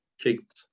kicked